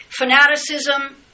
fanaticism